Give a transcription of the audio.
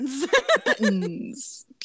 buttons